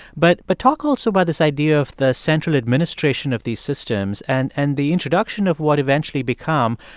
but but talk also about this idea of the central administration of these systems and and the introduction of what eventually become,